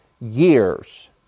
years